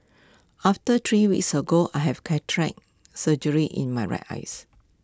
about three weeks ago I had cataract surgery in my right eyes